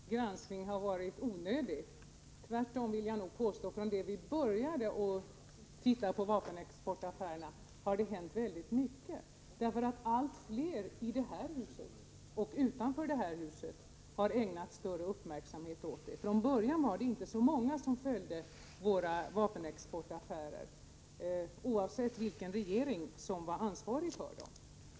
Fru talman! Jag vill nog inte påstå att 17 års granskning varit onödig. Tvärtom vill jag nog påstå att från det vi började titta på vapenexportaffärerna har det hänt väldigt mycket. Allt fler i det här huset och utanför det här huset har ägnat större uppmärksamhet åt saken. Från början var det inte så många som följde våra vapenexportaffärer, oavsett vilken regering som var ansvarig för dem.